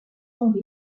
henri